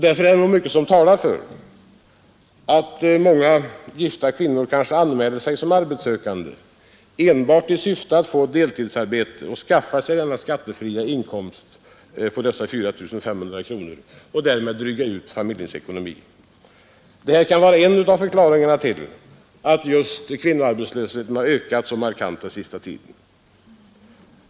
Därför är det mycket som talar för att många gifta lerande åtgärder kvinnor kanske anmäler sig som arbetssökande enbart i syfte att få ett deltidsarbete och skaffa sig denna skattefria inkomst för att dryga ut familjeekonomin. Detta kan vara en av förklaringarna till att just kvinnoarbetslösheten har ökat så markant under den senaste tiden.